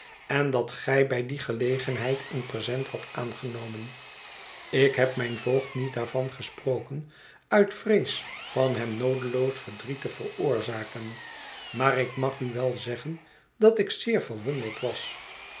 en dat gij bij die gelegenheid een present hadt aangenomen ik heb mijn voogd niet daarvan gesproken uit vrees van hem noodeloos verdriet te veroorzaken maar ik mag u wel zeggen dat ik zeer verwonderd was